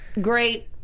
great